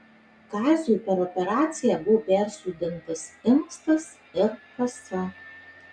kaziui per operaciją buvo persodintas inkstas ir kasa